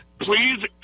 Please